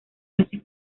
meses